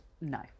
No